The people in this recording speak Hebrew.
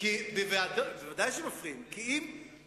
מפריע לוועדות לקיים את הדיון שאתה אומר?